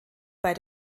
bei